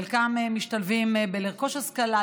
חלקם משתלבים ברכישת השכלה,